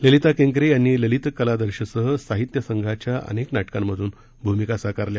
ललिता केंकरे यांनी ललित कालदर्शसह साहित्य संघाच्या अनेक नाटकातून भूमिका साकारल्या